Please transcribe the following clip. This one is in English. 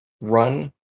run